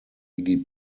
iggy